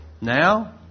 now